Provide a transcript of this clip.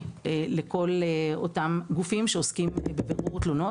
לכל אותם גופים שעוסקים בבירור תלונות.